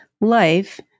life